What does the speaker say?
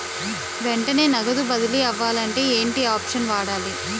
వెంటనే నగదు బదిలీ అవ్వాలంటే ఏంటి ఆప్షన్ వాడాలి?